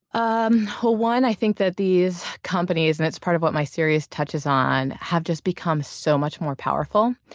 um one, i think that these companies and it's part of what my series touches on, have just become so much more powerful.